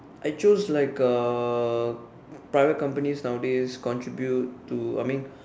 I chose like uh private companies nowadays contribute to I mean